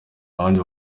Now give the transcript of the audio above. abandi